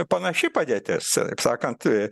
panaši padėtis taip sakant